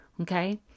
Okay